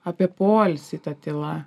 apie poilsį ta tyla